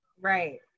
Right